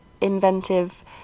inventive